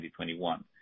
2021